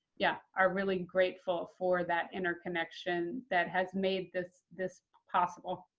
yeah, are really grateful for that interconnection that has made this this possible.